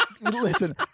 Listen